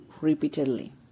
repeatedly